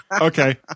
okay